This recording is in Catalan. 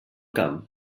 camp